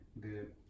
Good